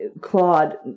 Claude